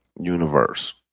universe